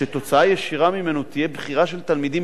שתוצאה ישירה שלו תהיה בחירה של תלמידים